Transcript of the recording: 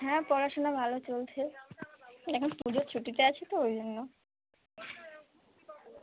হ্যাঁ পড়াশোনা ভালো চলছে এখন পুজোর ছুটিতে আছি তো ওই জন্য